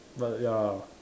but ya